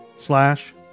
slash